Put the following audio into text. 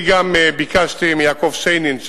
אני גם ביקשתי מיעקב שיינין,